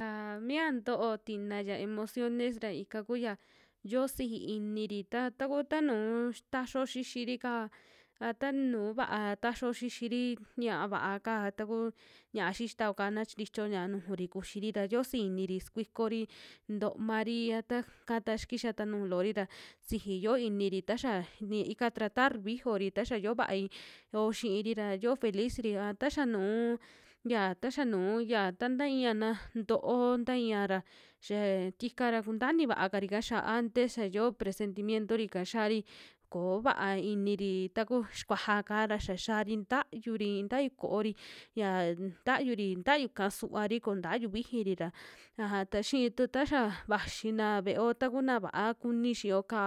Ya miantoo tina ya emociones ra ika kuya yoo siji iniri, ta taku nuu taxio xixiri'ka a ta nuu vaa taxio xixiri ñaa va'aka, taku ña'a xixitao'ka na chintichio ñaa nujuri kuxi ra yoo xiji iniri, sukuikori ntomari a ta takata xia kixata nuju loo'ri ra siji yoo iniri taxa ni ika tratar vijiyori, ta xio vaai yo xiiri ra yoo feliz'ri a taxa nuu, ya taxa nuu ya ta taia naj to'o, taia ra xiaa tikara kunta ini vaakarika xa antes xayoo presentimientori'ka xiari koo vaa iniri, taku xikuaja'ka ra xia xaari ntayuri i'i ntayu koori, ya ntayuri tayu'ka suvari koo ntayu vixiri ra, aja ta xii tu taxaa vaxina ve'eo, takuna vaá kuni xiyo'ka,